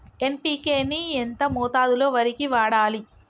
NPK ని ఎంత మోతాదులో వరికి వాడాలి?